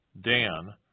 Dan